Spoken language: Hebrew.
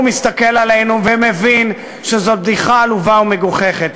מסתכל עלינו ומבין שזאת בדיחה עלובה ומגוחכת.